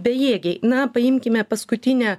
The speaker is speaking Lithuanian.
bejėgiai na paimkime paskutinę